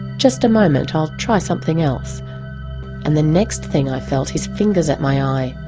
just a moment, i'll try something else and the next thing i felt his fingers at my eye,